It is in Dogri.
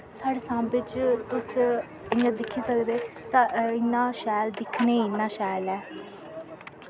साढ़े सांबे च तुस इ'यां दिक्खी सकदे इन्ना शैल दिक्खनेई इन्ना शैल ऐ